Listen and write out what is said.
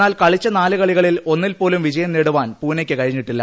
എന്നാൽ കളിച്ച നാല് കളികളിൽ ഒന്നിൽ പോലും വിജയം നേടാൻ പൂനെയ്ക്ക് കഴിഞ്ഞിട്ടില്ല